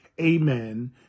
amen